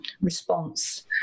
response